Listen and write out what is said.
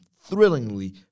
thrillingly